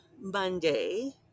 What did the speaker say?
Monday